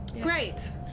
Great